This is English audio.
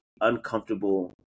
uncomfortable